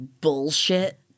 bullshit